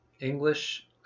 English